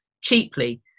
cheaply